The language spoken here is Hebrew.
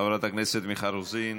חברת הכנסת מיכל רוזין,